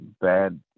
bad